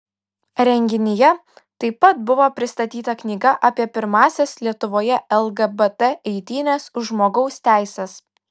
renginyje taip pat buvo pristatyta knyga apie pirmąsias lietuvoje lgbt eitynes už žmogaus teises